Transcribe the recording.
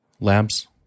labs